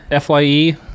FYE